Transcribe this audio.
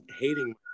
hating